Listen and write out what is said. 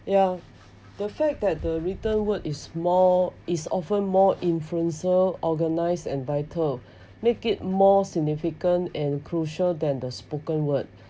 ya the fact that the written word is more is often more influencer organised and vital make it more significant and crucial than the spoken word